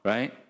Right